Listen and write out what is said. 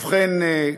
ובכן,